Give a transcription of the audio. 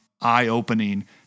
eye-opening